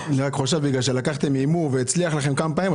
בגלל שלקחתם הימור והצליח לכם כמה פעמים,